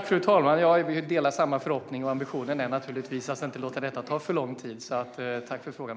Fru talman! Jag delar samma förhoppning. Ambitionen är naturligtvis att det inte ska ta för lång tid. Tack för frågan!